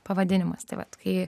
pavadinimas tai vat kai